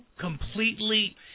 completely